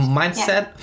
mindset